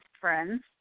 friends